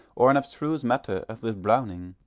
or an abstruse matter as with browning,